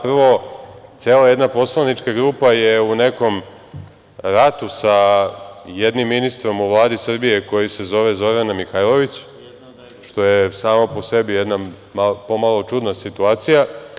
Prvo, cela jedna poslanička grupa je u nekom ratu sa jednim ministrom u Vladi Srbije, koji se zove Zorana Mihajlović, što je samo po sebi pomalo čudna situacija.